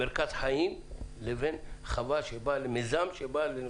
מרכז חיים, לבין חווה שבאה למיזם.